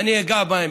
ואני אגע בהם,